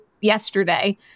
yesterday